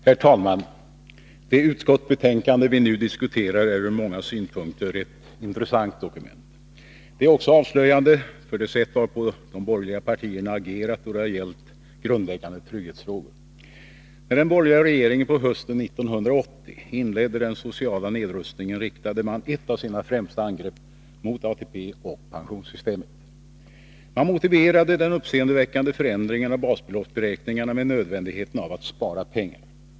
Herr talman! Det utskottsbetänkande vi nu diskuterar är från många synpunkter ett intressant dokument. Det är också avslöjande för det sätt varpå de borgerliga partierna agerat då det gällt grundläggande trygghetsfrågor. När den borgerliga regeringen på hösten 1980 inledde den sociala nedrustningen riktade man ett av sina främsta angrepp mot ATP och pensionssystemet. Man motiverade den uppseendeväckande förändringen av basbeloppsberäkningarna med nödvändigheten av att spara pengar.